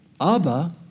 Abba